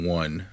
one